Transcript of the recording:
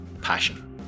Passion